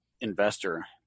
investor